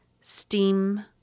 steam